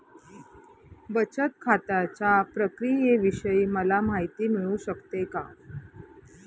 बचत खात्याच्या प्रक्रियेविषयी मला माहिती मिळू शकते का?